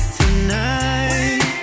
tonight